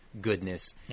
goodness